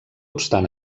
obstant